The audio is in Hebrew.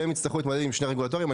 והם יצטרכו להתמודד עם שני רגולטורים.